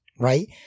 right